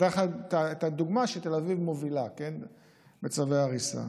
נתתי לך את הדוגמה שתל אביב מובילה בצווי הריסה.